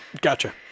Gotcha